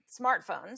smartphones